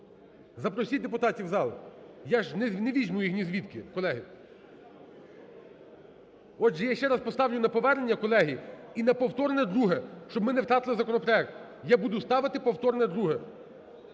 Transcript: Запросіть депутатів в зал. Я ж не візьму їх нізвідки, колеги. Отже, я ще раз поставлю на повернення, колеги, і на повторне друге, щоб ми не втратили законопроект. Я буду ставити повторне друге,